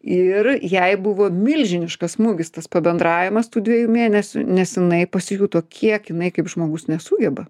ir jai buvo milžiniškas smūgis tas pabendravimas tų dviejų mėnesių nes jinai pasijuto kiek jinai kaip žmogus nesugeba